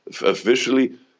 officially